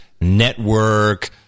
network